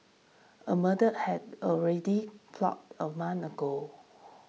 a murder had already plotted a month ago